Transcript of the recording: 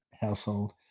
household